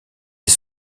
des